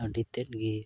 ᱟᱹᱰᱤᱛᱮᱫ ᱜᱮ